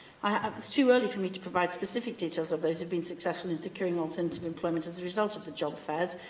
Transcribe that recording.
it's too early for me to provide specific details of those who have been successful in securing alternative employment as a result of the job fairs,